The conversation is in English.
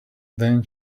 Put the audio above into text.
then